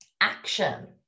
action